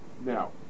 Now